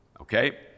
Okay